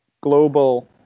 global